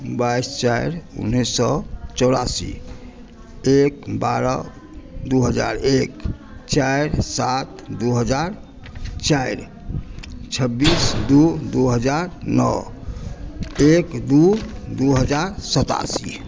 बाइस चारि उन्नीस सए चौरासी एक बारह दू हज़ार एक चारि सात दू हज़ार चारि छब्बीस दू दू हज़ार नओ एक दू दू हजार सतासी